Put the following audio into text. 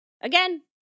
Again